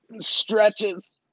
Stretches